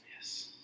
Yes